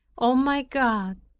o my god,